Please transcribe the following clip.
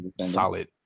solid